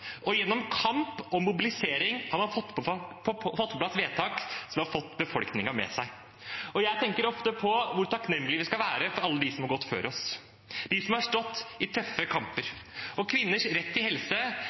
Og gjennom kamp og mobilisering har man fått på plass vedtak som har fått befolkningen med seg. Jeg tenker ofte på hvor takknemlige vi skal være overfor alle dem som har gått før oss – de som har stått i tøffe kamper. Og kvinners rett til helse